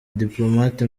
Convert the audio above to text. diplomate